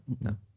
no